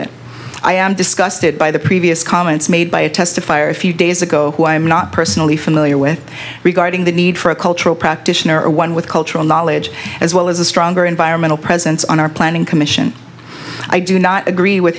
it i am disgusted by the previous comments made by a testifier a few days ago who i am not personally familiar with regarding the need for a cultural practitioner or one with cultural knowledge as well as a stronger environmental presence on our planning commission i do not agree with